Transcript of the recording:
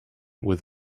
with